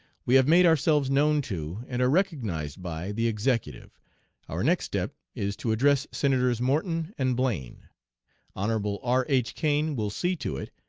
we have made ourselves known to, and are recognized by, the executive our next step is to address senators morton and blaine hon. r. h. cain will see to it,